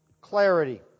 clarity